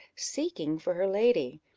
seeking for her lady,